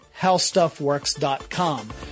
howstuffworks.com